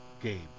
game